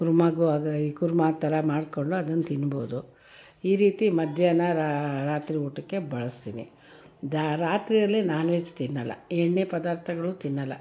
ಕುರ್ಮಾಗು ಈ ಕುರ್ಮಾ ಥರ ಮಾಡಿಕೊಂಡು ಅದನ್ನ ತಿನ್ಬೋದು ಈ ರೀತಿ ಮಧ್ಯಾಹ್ನ ರಾತ್ರಿ ಊಟಕ್ಕೆ ಬಳಸ್ತೀನಿ ದಾ ರಾತ್ರಿಯಲ್ಲಿ ನಾನ್ ವೆಜ್ ತಿನ್ನೋಲ್ಲ ಎಣ್ಣೆ ಪದಾರ್ಥಗಳು ತಿನ್ನೋಲ್ಲ